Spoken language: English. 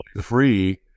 free